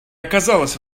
оказалось